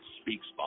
speaks